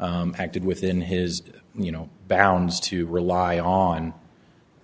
acted within his you know balance to rely on